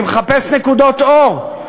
אני מחפש נקודות אור,